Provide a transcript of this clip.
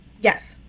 Yes